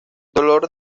dolor